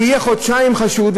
הוא יהיה חודשיים חשוד,